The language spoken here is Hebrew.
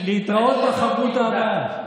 להתראות בחברותא הבאה.